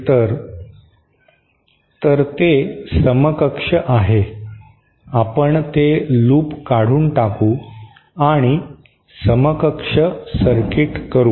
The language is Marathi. तर ते समकक्ष आहे आपण ते लूप काढून टाकू आणि समकक्ष सर्किट करू